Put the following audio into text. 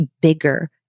bigger